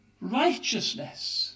righteousness